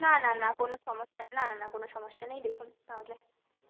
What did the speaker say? না না না কোনো সমস্যা না না না কোনো সমস্যা নেই দেখুন তাহলে